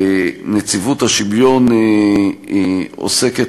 נציבות השוויון עוסקת,